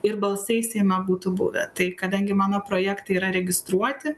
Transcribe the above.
ir balsai seime būtų buvę tai kadangi mano projektai yra registruoti